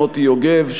מרדכי יוגב,